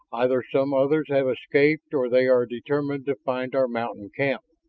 either some others have escaped or they are determined to find our mountain camp.